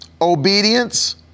Obedience